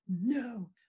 no